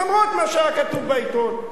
למרות מה שהיה כתוב בעיתון,